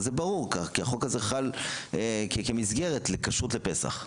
זה ברור כך, כי החוק הזה חל כמסגרת לכשרות לפסח.